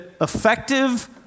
effective